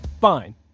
Fine